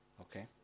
Okay